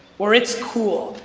where it's cool,